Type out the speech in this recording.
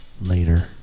Later